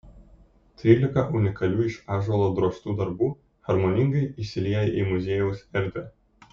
trylika unikalių iš ąžuolo drožtų darbų harmoningai įsilieja į muziejaus erdvę